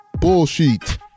bullshit